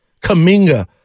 Kaminga